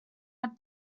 are